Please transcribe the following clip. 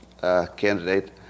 candidate